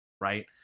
Right